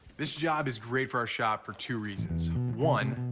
this job is great for our shop for two reasons. one,